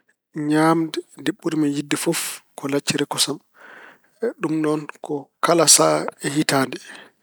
Ñaamde nde ɓurmi yiɗde fof ko lacciri e kosam. Ɗum noon ko kala sahaa e hitaande.